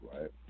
right